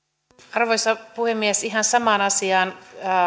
arvoisa puhemies ihan samaan asiaan